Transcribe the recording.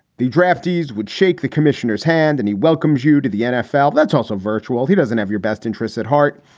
the draftees would shake the commissioner's hand. and he welcomes you to the nfl. that's also virtual. he doesn't have your best interests at heart.